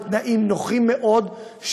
בתנאים נוחים מאוד,